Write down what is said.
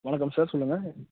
வணக்கம் சார் சொல்லுங்கள்